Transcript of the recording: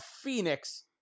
phoenix